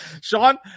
Sean